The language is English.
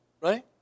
Right